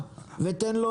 הם הביאו, כי הוטל פה וטו.